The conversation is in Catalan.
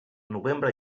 novembre